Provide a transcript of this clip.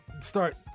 start